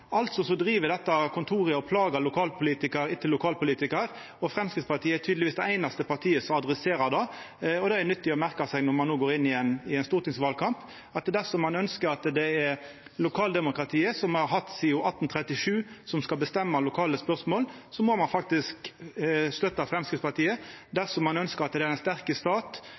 Altså driv dette kontoret og plagar lokalpolitikar etter lokalpolitikar, og Framstegspartiet er tydelegvis det einaste partiet som adresserer det. Det er nyttig å merke seg når ein no går inn i ein stortingsvalkamp, at dersom ein ønskjer at det er lokaldemokratiet, som me har hatt sidan 1837, og som skal bestemma i lokale spørsmål, må ein faktisk støtta Framstegspartiet. Dersom ein ønskjer at det er ein sterk stat,